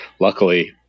luckily